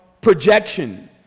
projection